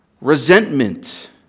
resentment